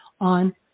on